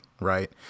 right